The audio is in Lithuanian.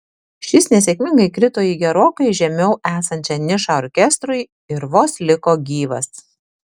šis nesėkmingai krito į gerokai žemiau esančią nišą orkestrui ir vos liko gyvas